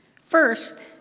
First